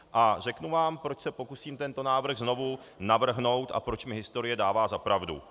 A řeknu vám, proč se pokusím tento návrh znovu navrhnout a proč mi historie dává za pravdu.